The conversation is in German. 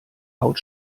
haut